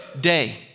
day